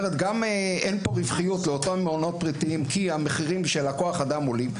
אין פה רווחיות לאותם מעונות פרטיים כי המחירים של כוח האדם עולים,